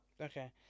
okay